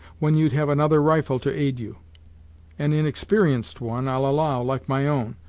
when you'd have another rifle to aid you an inexper'enced one, i'll allow, like my own,